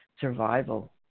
survival